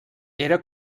era